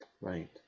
Right